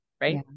right